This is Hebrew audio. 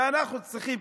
ואנחנו צריכים,